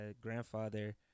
grandfather